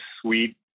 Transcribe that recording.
suite